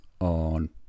on